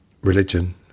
religion